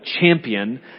champion